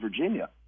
Virginia